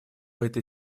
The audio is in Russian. этой